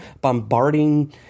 bombarding